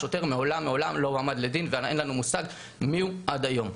השוטר מעולם מעולם לא הועמד לדין ואין לנו מושג מיהו עד היום.